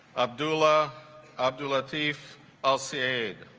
abdullah abdullah thief elsie aid